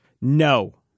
No